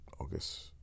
August